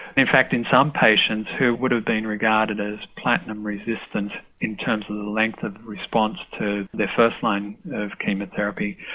in fact in some patients who would have been regarded as platinum resistant in terms of the length of response to their first line of chemotherapy,